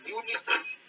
unity